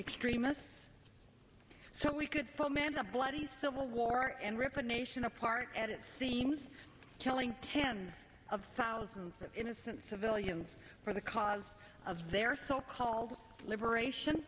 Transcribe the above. extremists so we could foment a bloody civil war and rip a nation apart and it seems telling tens of thousands of innocent civilians for the cause of their so called liberation